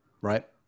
right